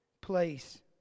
place